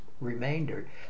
Remainder